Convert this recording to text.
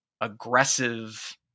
aggressive